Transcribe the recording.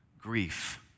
grief